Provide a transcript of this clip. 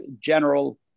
General